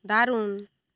দারুণ